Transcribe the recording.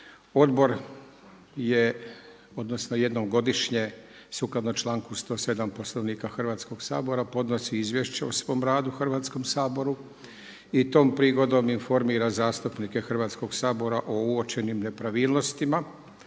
Odbor je, odnosno jednom godišnje sukladno članku 107. Poslovnika Hrvatskoga sabora podnosi izvješće o svom radu Hrvatskom saboru i tom prigodom informira zastupnike Hrvatskoga sabora o uočenim nepravilnostima,